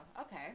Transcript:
okay